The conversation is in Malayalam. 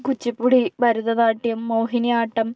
കുച്ചിപ്പുടി ഭരതനാട്യം മോഹിനിയാട്ടം